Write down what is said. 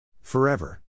Forever